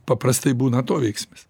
paprastai būna atoveiksmis